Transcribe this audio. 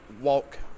walk